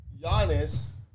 Giannis